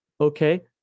okay